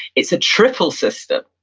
it's a triple system.